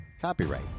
copyright